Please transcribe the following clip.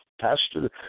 Pastor